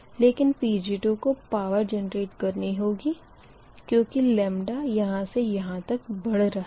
लेकिन Pg2 को power generate करनी होगी क्यूँकि यहाँ से यहाँ तक बढ़ रहा है